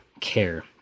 care